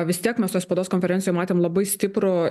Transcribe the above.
vis tiek mes toj spaudos konferencijoj matėm labai stiprų